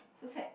so sad